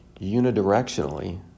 unidirectionally